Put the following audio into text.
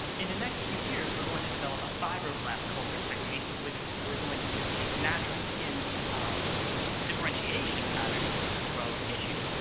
in the next few years, we're going to develop a fibroblast-culture technique, in which we're going to just use natural skin's differentiation patterns to grow tissues.